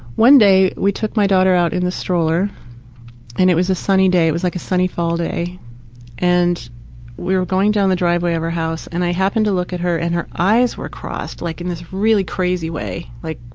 one day we took my daughter out in a stroller and it was a sunny day. it was like a sunny fall day and we were going down the driveway of our house and i happened to look at her and her eyes were crossed like in this really crazy way, like,